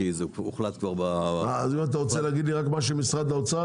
כי זה הוחלט כבר ב --- אם אתה רוצה להגיד לי רק מה שמשרד האוצר,